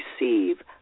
receive